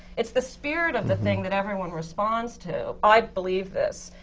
it's the spirit of the thing that everyone responds to. i believe this.